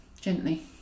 gently